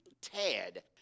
tad